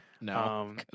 no